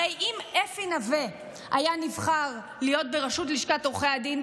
הרי אם אפי נוה היה נבחר להיות בראשות לשכת עורכי הדין,